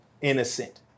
innocent